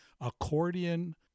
accordion